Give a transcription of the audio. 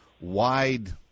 wide